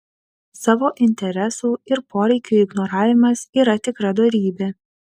savo interesų ir poreikių ignoravimas yra tikra dorybė